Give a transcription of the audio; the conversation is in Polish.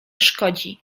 szkodzi